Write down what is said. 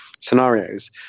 scenarios